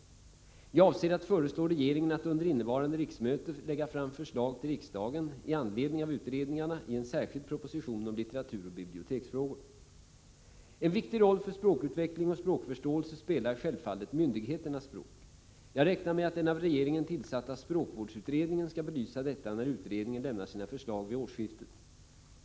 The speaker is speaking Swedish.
Jag avser att föreslå regeringen att under innevarande riksmöte lägga fram förslag till riksdagen med anledning av utredningarna i en särskild proposition om litteraturoch biblioteksfrågor. En viktig roll för språkutveckling och språkförståelse spelar självfallet myndigheternas språk. Jag räknar med att den av regeringen tillsatta språkvårdsutredningen skall belysa detta när utredningen lämnar sina förslag vid årsskiftet.